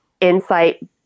Insight